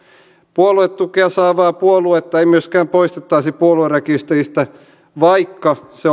puoluetukea saavaa puoluetta ei myöskään poistettaisi puoluerekisteristä vaikka se